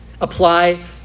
apply